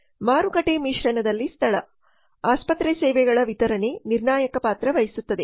ಮಾರುಕಟ್ಟೆ ಮಿಶ್ರಣದಲ್ಲಿ ಸ್ಥಳ ಆಸ್ಪತ್ರೆ ಸೇವೆಗಳ ವಿತರಣೆ ನಿರ್ಣಾಯಕ ಪಾತ್ರ ವಹಿಸುತ್ತದೆ